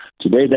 Today